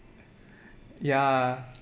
ya